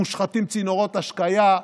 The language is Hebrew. מושחתים צינורות השקיה,